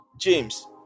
James